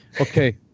Okay